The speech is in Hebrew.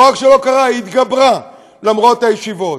לא רק שלא קרה, היא התגברה, למרות הישיבות.